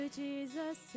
jesus